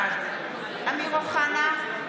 בעד אמיר אוחנה,